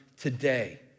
today